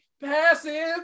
Passive